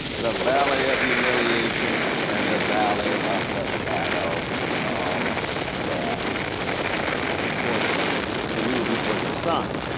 the valley of humiliation and the valley of the shadow of death. now of course the eulogy for his son,